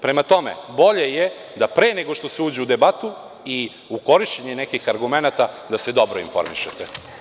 Prema tome, bolje je da, pre nego što se uđe u debatu i u korišćenje nekih argumenata, se dobro informišete.